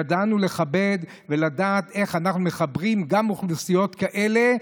ידענו לכבד ולדעת איך אנחנו מחברים גם אוכלוסיות כאלה,